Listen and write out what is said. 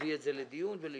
נביא את זה לדיון ולאישור,